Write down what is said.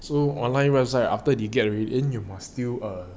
so online website after you get already then you must still err